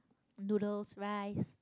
noodles rice